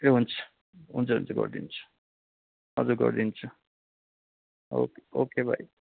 ए हुन्छ हुन्छ हुन्छ गरिदिन्छु हजुर गरिदिन्छु ओके ओके बाई